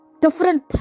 different